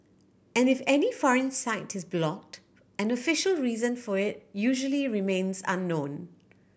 and if any foreign site is blocked and official reason for it usually remains unknown